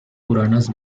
puranas